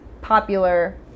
popular